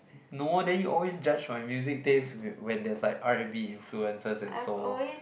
no then you always judge my music taste with when there is like R and B influence and so